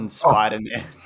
Spider-Man